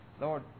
Lord